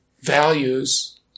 values